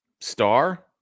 star